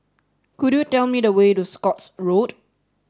could you tell me the way to Scotts Road